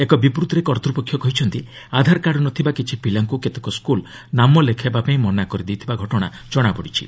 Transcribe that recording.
ଏକ ବିବୃଭିରେ କର୍ତ୍ତପକ୍ଷ କହିଛନ୍ତି ଆଧାର କାର୍ଡ଼ ନ ଥିବା କିଛି ପିଲାଙ୍କୁ କେତେକ ସ୍କୁଲ୍ ନାମ ଲେଖାଇବାପାଇଁ ମନା କରିଦେଇଥିବା ଘଟଣା ଜଣାପଡ଼ିଛି